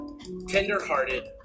tender-hearted